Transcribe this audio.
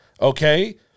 okay